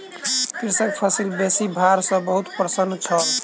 कृषक फसिल बेसी भार सॅ बहुत प्रसन्न छल